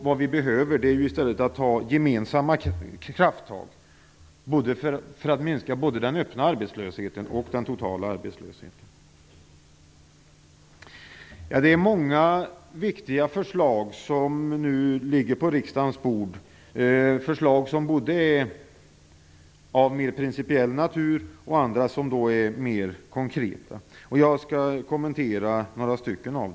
Vad vi behöver är i stället gemensamma krafttag för att minska både den öppna arbetslösheten och den totala arbetslösheten. Det är många viktiga förslag som nu ligger på riksdagens bord - förslag som är både av mer principiell natur och andra som är mer konkreta. Jag skall kommentera några av dem.